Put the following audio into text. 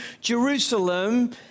Jerusalem